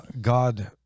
god